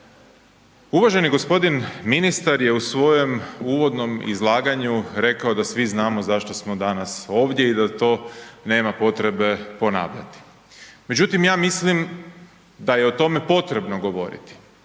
Uvaženi g. ministar je u svojem uvodnom izlaganju rekao da svi znamo zašto smo danas ovdje i da to nema potrebe ponavljati. Međutim, ja mislim da je o tome potrebno govoriti